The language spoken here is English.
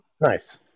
Nice